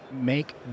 make